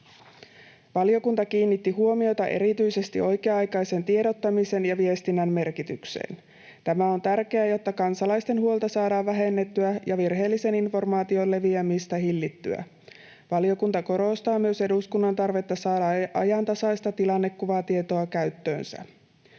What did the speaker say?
Valiokunta kiinnitti huomiota erityisesti oikea-aikaisen tiedottamisen ja viestinnän merkitykseen. Tämä on tärkeää, jotta kansalaisten huolta saadaan vähennettyä ja virheellisen informaation leviämistä hillittyä. Valiokunta korostaa myös eduskunnan tarvetta saada ajantasaista tilannekuvatietoa käyttöönsä.